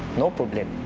no problem.